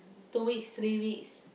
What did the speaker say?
two weeks three weeks